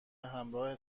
همراه